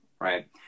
right